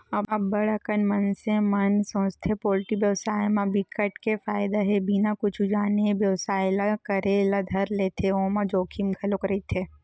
अब्ब्ड़ अकन मनसे मन सोचथे पोल्टी बेवसाय म बिकट के फायदा हे बिना कुछु जाने ए बेवसाय ल करे ल धर लेथे ओमा जोखिम घलोक रहिथे